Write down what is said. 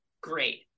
great